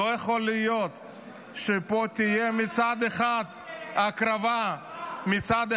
לא יכול להיות שפה תהיה מצד אחד הקרבה ----- אני